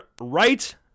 right